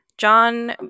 John